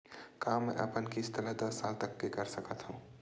का मैं अपन किस्त ला दस साल तक कर सकत हव?